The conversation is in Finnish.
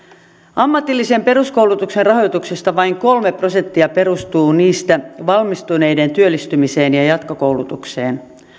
ammatillisen peruskoulutuksen rahoituksesta vain kolme prosenttia perustuu niistä valmistuneiden työllistymiseen ja ja jatkokoulutukseen